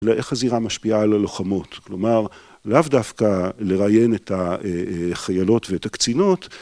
לאיך הזירה משפיעה על הלוחמות, כלומר, לאו דווקא לראיין את החיילות ואת הקצינות...